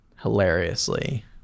hilariously